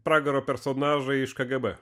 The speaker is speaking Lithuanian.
pragaro personažai iš kgb